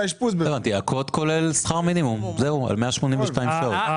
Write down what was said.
הקוד כולל שכר מינימום על 182 שעות, זהו.